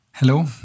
Hello